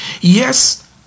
Yes